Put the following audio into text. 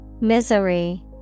Misery